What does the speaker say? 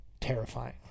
terrifying